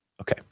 Okay